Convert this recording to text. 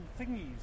thingies